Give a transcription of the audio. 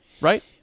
right